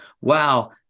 wow